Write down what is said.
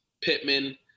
Pittman